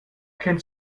kennt